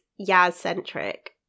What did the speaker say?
Yaz-centric